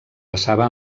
basava